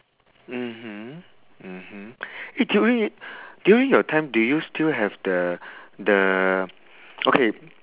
mmhmm mmhmm eh during during your time do you still have the the okay